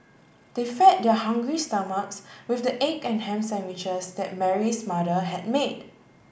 they fed their hungry stomachs with the egg and ham sandwiches that Mary's mother had made